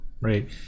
right